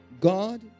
God